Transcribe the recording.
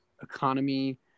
economy